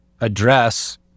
address